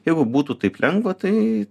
jeigu būtų taip lengva tai